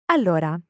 Allora